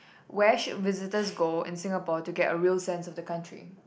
Where should visitors go in Singapore to get a real sense of the country